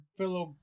fellow